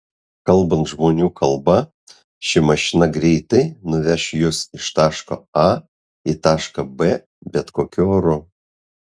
kalbant žmonių kalba ši mašina greitai nuveš jus iš taško a į tašką b bet kokiu oru